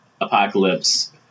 Apocalypse